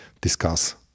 discuss